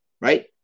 right